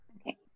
Okay